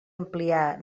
ampliar